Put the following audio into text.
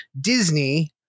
Disney